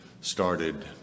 started